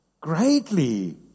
Greatly